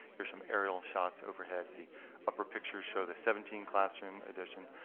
here's some aerial shots overhead. the upper pictures show the seventeen classroom addition.